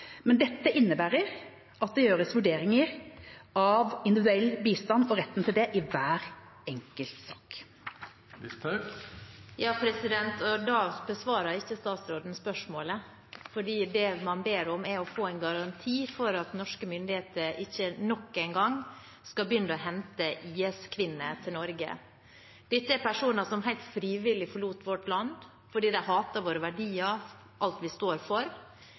men dette innebærer at det gjøres vurderinger av individuell bistand og retten til det i hver enkelt sak. Statsråden besvarer ikke spørsmålet. Det jeg ber om, er en garanti for at norske myndigheter ikke nok en gang henter IS-kvinner til Norge. Dette er personer som helt frivillig forlot vårt land fordi de hater våre verdier og alt vi står for,